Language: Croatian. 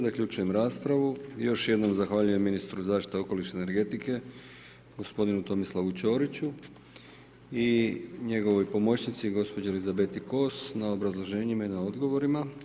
Zaključujem raspravu i još jednom zahvaljujem ministru zaštite okoliša i energetike gospodinu Tomislavu Ćoriću i njegovoj pomoćnici gospođi Elizabeti Kos na obrazloženjima i na odgovorima.